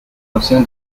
ancien